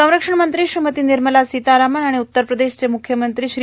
संरक्षण मंत्री श्रीमती निर्मला सितारामन आणि उत्तर प्रदेशचे मुख्यमंत्री श्री